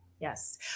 Yes